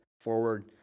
forward